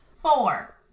Four